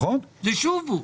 זה "שובו".